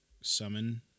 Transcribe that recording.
summon